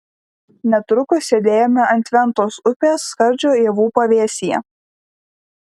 netrukus sėdėjome ant ventos upės skardžio ievų pavėsyje